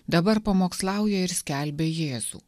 dabar pamokslauja ir skelbia jėzų